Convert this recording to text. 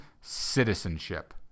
citizenship